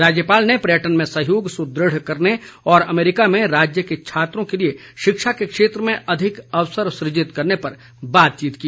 राज्यपाल ने पर्यटन में सहयोग सुदृढ़ करने और अमेरिका में राज्य के छात्रों के लिए शिक्षा के क्षेत्र में अधिक अवसर सुजित करने पर बातचीत की